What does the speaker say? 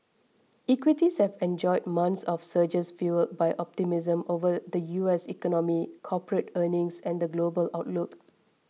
equities have enjoyed months of surges fuelled by optimism over the U S economy corporate earnings and the global outlook